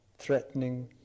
threatening